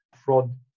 fraud